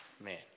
man